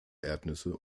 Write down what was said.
erdnüsse